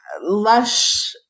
lush